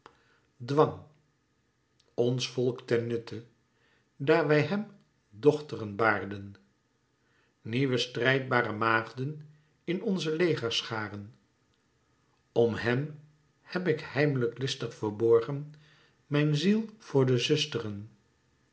dwang ons volk ten nutte daar wij hem dochteren baarden nieuwe strijdbare maagden in onze legerscharen om hem heb ik heimlijk listig verborgen mijn ziel voor de zusteren